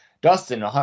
Dustin